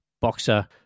boxer